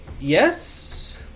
yes